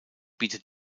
bietet